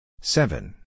Seven